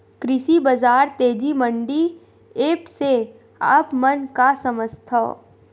कृषि बजार तेजी मंडी एप्प से आप मन का समझथव?